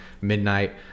midnight